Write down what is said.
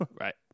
Right